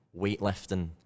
weightlifting